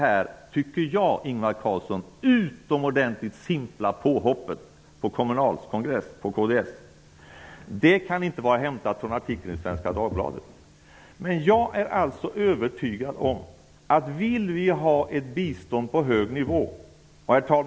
Grunden för Ingvar Carlssons utomordentligt simpla påhopp på kds på Kommunals kongress kan alltså inte vara artikeln i Jag skulle, herr talman, vilja fördubbla biståndet, och mitt parti står för inriktningen 2 % av BNP.